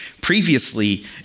previously